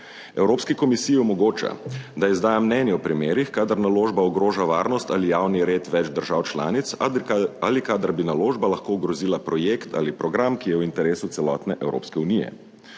Evropski komisiji omogoča, da izdaja mnenje v primerih, kadar naložba ogroža varnost ali javni red več držav članic ali kadar bi naložba lahko ogrozila projekt ali program, ki je v interesu celotne Evropske unije.